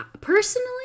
personally